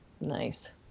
Nice